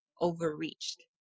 overreached